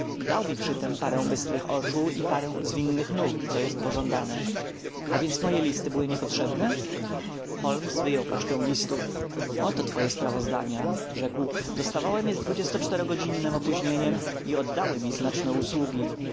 dał mi przytem parę bystrych oczu i parę zwinnych nóg co jest pożądane a więc moje listy były niepotrzebne holmes wyjął paczkę listów oto twoje sprawozdania rzekł dostawałem je z godzinnem opóźnieniem i oddały mi znaczne usługi